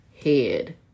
head